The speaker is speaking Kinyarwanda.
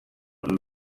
rw’u